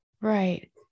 Right